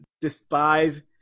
despise